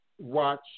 watch